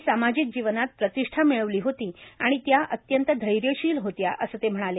त्यांनी सामाजिक जीवनात प्रतिष्ठा मिळवली होती आणि त्या अत्यंत धैर्यशील होत्या असं ते म्हणाले